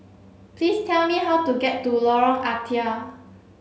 please tell me how to get to Lorong Ah Thia